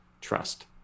trust